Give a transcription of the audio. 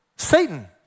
Satan